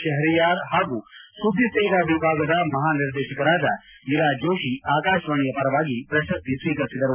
ಶೆಪರ್ಯಾರ್ ಪಾಗೂ ಸುದ್ದಿ ಸೇವಾ ವಿಭಾಗದ ಮಹಾನಿರ್ದೇಶಕರಾದ ಇರಾ ಜೋಶಿ ಆಕಾಶವಾಣಿಯ ಪರವಾಗಿ ಪ್ರಶಸ್ತಿ ಸ್ವೀಕರಿಸಿದರು